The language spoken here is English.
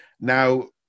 Now